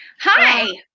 Hi